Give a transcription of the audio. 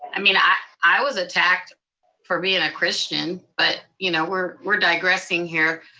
i mean i i was attacked for being a christian, but you know we're we're digressing here.